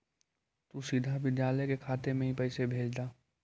तु सीधा विद्यालय के खाते में ही पैसे भेज द